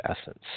essence